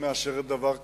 מאשרת דבר כזה.